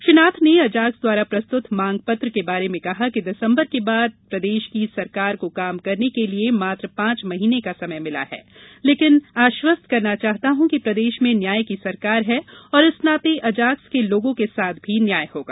श्री नाथ ने अजाक्स द्वारा प्रस्तुत मांग पत्र के बारे में कहा कि दिसंबर के बाद प्रदेश की सरकार को काम करने के लिए मात्र पांच माह का समय मिला है लेकिन आश्वस्त करना चाहता हूं कि प्रदेश में न्याय की सरकार है और इस नाते अजाक्स के लोगों के साथ भी न्याय होगा